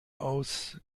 aus